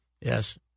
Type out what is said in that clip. Yes